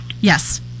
Yes